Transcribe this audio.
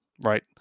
right